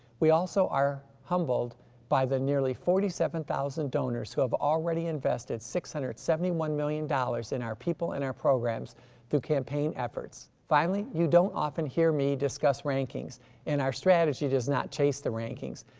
we also are humbled by the nearly forty seven thousand donors who have already invested six hundred and seventy one million dollars in our people and our programs through campaign efforts. finally, you don't often hear me discuss rankings and our strategy does not chase the rankings,